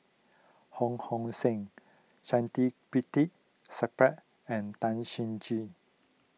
Ho Hong Sing and Tan